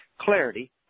Clarity